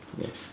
yes